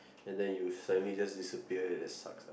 and then you suddenly just disappear and that sucks ah